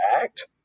act